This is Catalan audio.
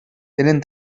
tenen